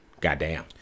goddamn